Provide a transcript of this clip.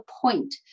point